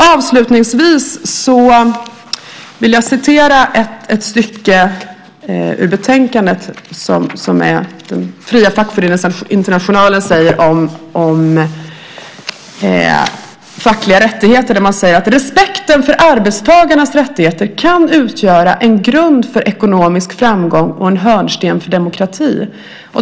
Avslutningsvis vill jag citera ett stycke från betänkandet där Fria Fackföreningsinternationalen säger om fackliga rättigheter: Respekten för arbetstagarnas rättigheter kan utgöra en grund för ekonomisk framgång och en hörnsten i en demokrati.